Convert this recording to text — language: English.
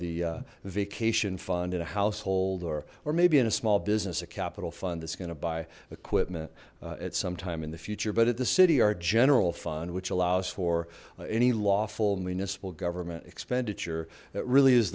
the vacation fund in a household or or maybe in a small business a capital fund that's gonna buy equipment at some time in the future but at the city our general fund which allows for any lawful municipal government expenditure that really is